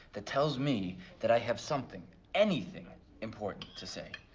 that tells me that i have something, anything important to say.